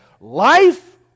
life